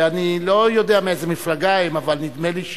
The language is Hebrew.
ואני לא יודע מאיזו מפלגה הם אבל נדמה לי,